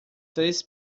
três